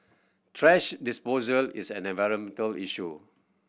thrash disposal is an environmental issue